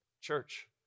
Church